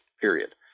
period